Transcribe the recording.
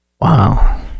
wow